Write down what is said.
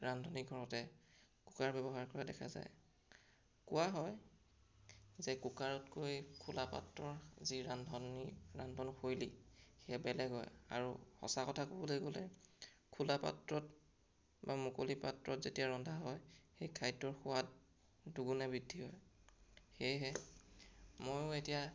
ৰান্ধনীঘৰতে cooker ব্যৱহাৰ কৰা দেখা যায় কোৱা হয় যে কুকাৰতকৈ খোলা পাত্ৰৰ যি ৰান্ধনী ৰন্ধনশৈলী সেয়া বেলেগ হয় আৰু সঁচা কথা ক'বলৈ গ'লে খোলা পাত্ৰত বা মুকলি পাত্ৰত যেতিয়া ৰন্ধা হয় সেই খাদ্যৰ সোৱাদ দুগুণে বৃদ্ধি হয় সেয়েহে ময়ো এতিয়া